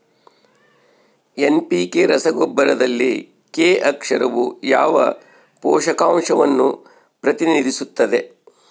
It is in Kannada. ಎನ್.ಪಿ.ಕೆ ರಸಗೊಬ್ಬರದಲ್ಲಿ ಕೆ ಅಕ್ಷರವು ಯಾವ ಪೋಷಕಾಂಶವನ್ನು ಪ್ರತಿನಿಧಿಸುತ್ತದೆ?